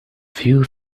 few